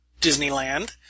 Disneyland